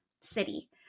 city